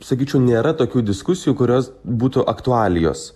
sakyčiau nėra tokių diskusijų kurios būtų aktualijos